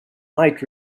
might